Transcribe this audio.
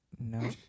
No